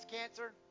cancer